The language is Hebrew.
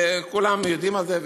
וכולם יודעים על זה,